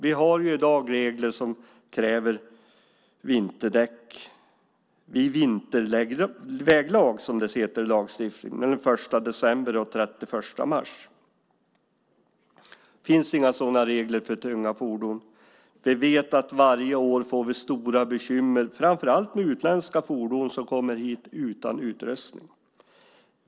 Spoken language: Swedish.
Vi har i dag regler som kräver vinterdäck vid vinterväglag, som det heter i lagstiftningen, mellan den 1 december och den 31 mars. Det finns inga sådana regler för tunga fordon. Vi vet att vi varje år får stora bekymmer framför allt med utländska fordon som kommer hit utan utrustning.